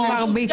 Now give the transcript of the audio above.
אמרת במרבית.